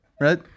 Right